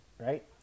Right